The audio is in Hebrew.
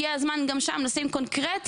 הגיע הזמן גם שם לשים קונקרטיות.